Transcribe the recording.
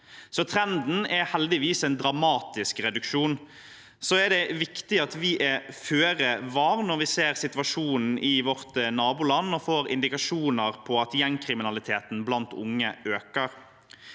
Trenden er heldigvis en dramatisk reduksjon. Så er det viktig at vi er føre var når vi ser situasjonen i vårt naboland og får indikasjoner på at gjengkriminaliteten blant unge øker.